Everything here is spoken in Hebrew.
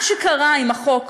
מה שקרה עם החוק